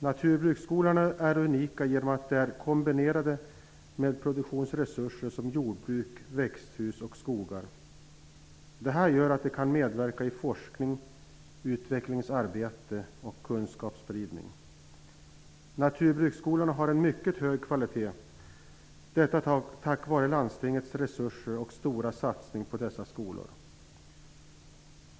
Naturbruksskolorna är unika genom att de är kombinerade med produktionsresurser som jordbruk, växthus och skogar. Det gör att de kan medverka i forskning, utvecklingsarbete och kunskapsspridning. Naturbruksskolorna har en mycket hög kvalitet, detta tack vare landstingens resurser och stora satsning på dessa skolor.